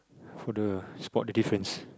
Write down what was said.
for the spot the difference